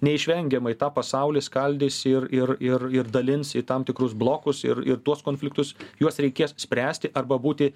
neišvengiamai tą pasaulį skaldys ir ir ir ir dalins į tam tikrus blokus ir ir tuos konfliktus juos reikės spręsti arba būti